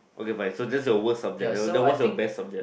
okay bye so that's your worst subject then what's your best subject